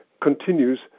continues